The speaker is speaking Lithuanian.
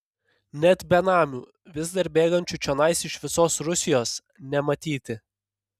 net benamių vis dar bėgančių čionai iš visos rusijos nematyti